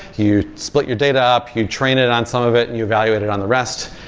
you split your data up, you train it on some of it, and you evaluate it on the rest.